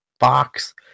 box